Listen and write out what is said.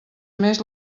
més